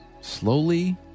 slowly